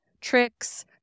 tricks